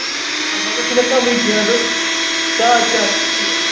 اَتھ منٛز حظ چھُ مےٚ کَمٕے زینُن ساڑ شیےٚ ہَتھ ٹھیٖک